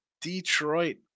Detroit